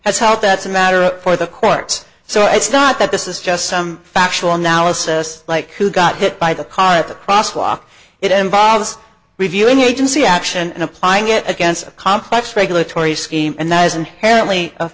how that's a matter for the court so it's not that this is just some factual analysis like who got hit by the car at the crosswalk it involves reviewing agency action and applying it against a complex regulatory